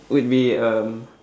would be um